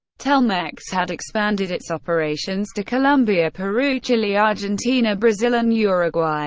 telmex had expanded its operations to colombia, peru, chile, argentina, brazil and uruguay